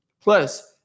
Plus